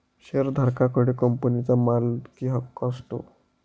शेअरधारका कडे कंपनीचा मालकीहक्क असतो